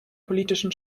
politischen